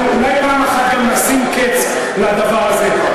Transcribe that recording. ואולי פעם אחת גם נשים קץ לדבר הזה.